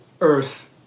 earth